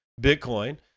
Bitcoin